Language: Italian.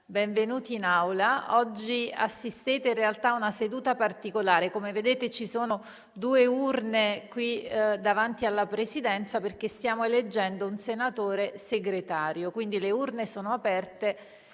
Oggi assistete, in realtà, a una seduta particolare. Come vedete, ci sono due urne davanti alla Presidenza, perché stiamo eleggendo un senatore Segretario. Le urne sono aperte